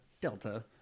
Delta